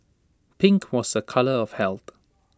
pink was A colour of health